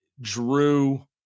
Drew